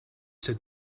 said